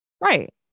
Right